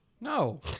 No